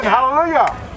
Hallelujah